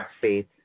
faith